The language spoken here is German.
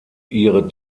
ihre